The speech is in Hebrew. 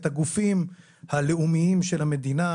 למה?